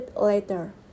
later